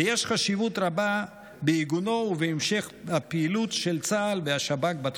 ויש חשיבות רבה בעיגונו ובהמשך הפעילות של צה"ל ושב"כ בתחום.